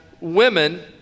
women